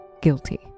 guilty